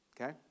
okay